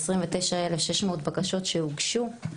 29,600 בקשות שהוגשו,